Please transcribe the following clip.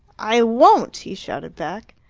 i won't! he shouted back.